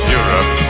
Europe